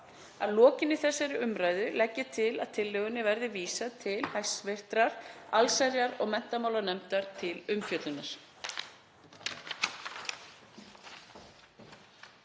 Að lokinni þessari umræðu legg ég til að tillögunni verði vísað til hæstv. allsherjar- og menntamálanefndar til umfjöllunar.